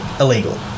illegal